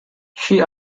she